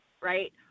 right